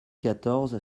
quatorze